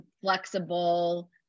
flexible